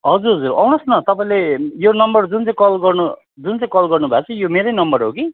हजुर हजुर आउनु होस् न तपाईँले यो नम्बर जुन चाहिँ कल गर्नु भएको छ यो मेरो नम्बर हो कि